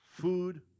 food